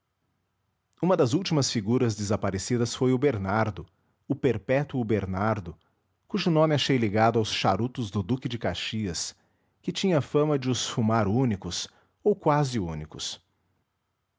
uma das últimas figuras desaparecidas foi o bernardo o perpétuo bernardo cujo nome achei ligado aos charutos do duque de caxias que tinha fama de os fumar únicos ou quase únicos